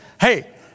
Hey